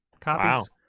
copies